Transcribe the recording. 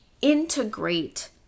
integrate